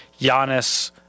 Giannis